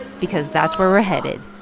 because that's where we're headed